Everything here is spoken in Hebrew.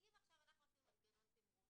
אם עכשיו אנחנו עושים מנגנון תימרוץ,